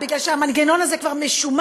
כי המנגנון הזה כבר משומן,